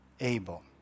Abel